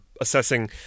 assessing